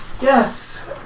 yes